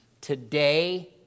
today